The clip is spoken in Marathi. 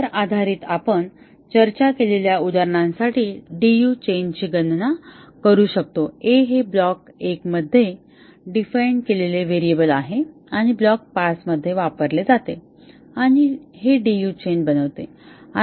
त्यावर आधारित आपण चर्चा केलेल्या उदाहरणासाठी DU चेनची गणना करू शकतो a हे ब्लॉक 1 मध्ये डिफाइन केलेले व्हेरिएबल आहे आणि ब्लॉक 5 मध्ये वापरले जाते आणि हे डीयू चेन बनवते